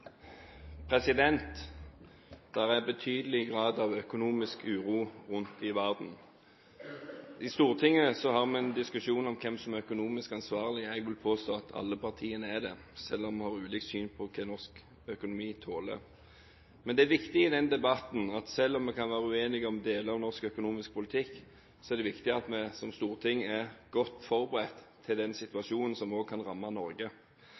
økonomisk uro rundt i verden. I Stortinget har vi en diskusjon om hvem som er økonomisk ansvarlig. Jeg vil påstå at alle partiene er det, selv om vi har ulikt syn på hva norsk økonomi tåler. Men det er viktig i den debatten at vi som storting, selv om vi kan være uenige om deler av norsk økonomisk politikk, er godt forberedt på den situasjonen som også kan ramme Norge. Vi våknet opp i dag til